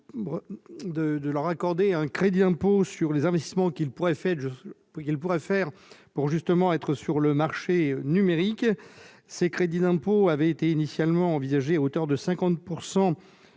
de leur accorder un crédit d'impôt sur les investissements qu'ils pourraient faire pour, justement, être sur le marché numérique. Ce crédit d'impôt avait été initialement envisagé à hauteur de 50